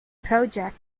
project